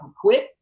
quit